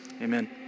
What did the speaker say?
amen